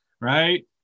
right